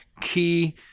key